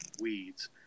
weeds